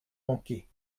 manqué